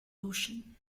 ocean